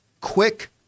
quick